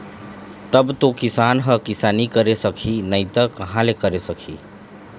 तब तो किसान ह किसानी करे सकही नइ त कहाँ ले करे सकही